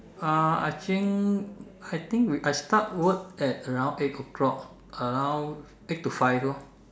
uh I think I think I start work at around eight o-clock around eight to five lor